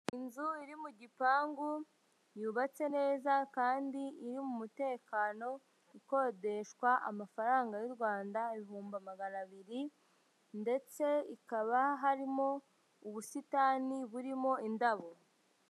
Inzu iri mu gipangu yubatse neza kandi iri mu mutekano, ikodeshwa amafaranga y'u Rwanda ibihumbi magana abiri ndetse ikaba harimo ubusitani burimo indabo.